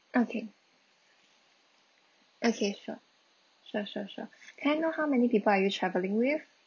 okay okay sure sure sure sure can I know how many people are you travelling with